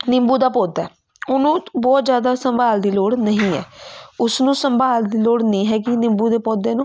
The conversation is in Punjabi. ਨਿੰਬੂ ਦਾ ਪੌਦਾ ਉਹਨੂੰ ਬਹੁਤ ਜ਼ਿਆਦਾ ਸੰਭਾਲ ਦੀ ਲੋੜ ਨਹੀਂ ਹੈ ਉਸਨੂੰ ਸੰਭਾਲ ਦੀ ਲੋੜ ਨਹੀਂ ਹੈਗੀ ਨਿੰਬੂ ਦੇ ਪੌਦੇ ਨੂੰ